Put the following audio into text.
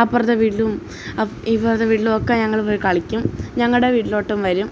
അപ്പുറത്തെ വീട്ടിലും ഇപ്പുറത്തെ വീട്ടിലൊക്കെ ഞങ്ങൾ പോയി കളിക്കും ഞങ്ങളുടെ വീട്ടിലോട്ടും വരും